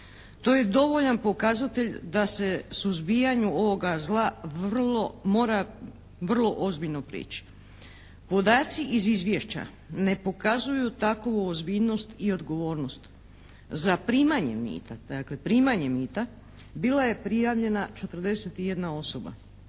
To je dovoljan pokazatelj da se suzbijanju ovoga zla mora vrlo ozbiljno prići. Podaci iz izvješća ne pokazuju takvu ozbiljnost i odgovornost. Za primanje mita bila je prijavljena 41 osoba